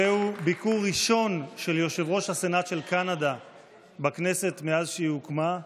זהו ביקור ראשון של יושב-ראש הסנאט של קנדה בכנסת מאז שהיא הוקמה,